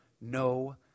no